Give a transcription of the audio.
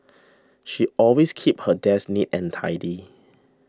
she always keeps her desk neat and tidy